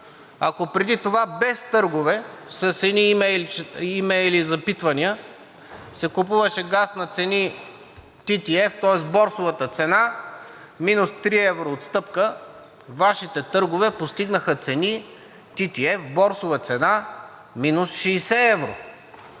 Ако преди това без търгове, с едни имейли запитвания се купуваше газ на цени ТТF, тоест борсовата цена, минус 3 евро отстъпка, Вашите търгове постигнаха цени ТТF – борсова цена, минус 60 евро!